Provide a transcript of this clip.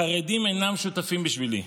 החרדים אינם שותפים בשבילי,